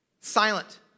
silent